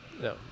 No